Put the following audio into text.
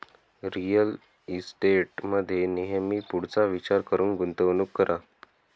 real इस्टेटमध्ये नेहमी पुढचा विचार करून गुंतवणूक करा